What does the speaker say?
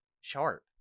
sharp